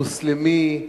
מוסלמי,